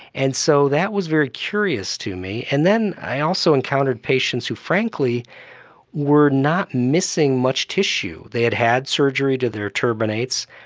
and so that was very curious to me. and then i also encountered patients who frankly were not missing much tissue. they had had surgery to their turbinates,